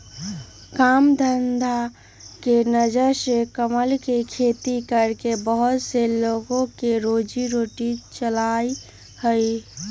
काम धंधा के नजर से कमल के खेती करके बहुत से लोग के रोजी रोटी चला हई